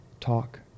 talk